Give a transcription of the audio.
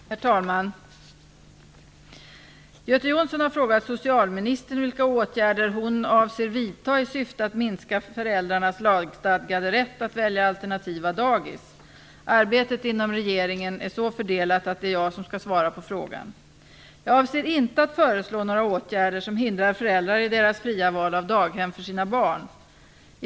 Herr talman! Göte Jonsson har frågat socialministern vilka åtgärder hon avser vidta i syfte att minska föräldrarnas lagstadgade rätt att välja alternativa dagis. Arbetet inom regeringen är så fördelat att det är jag som skall svara på frågan. Jag avser inte att föreslå några åtgärder som hindrar föräldrar i deras fria val av daghem för sina barn.